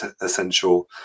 essential